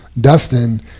Dustin